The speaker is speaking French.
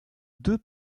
deux